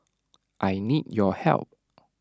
I need your help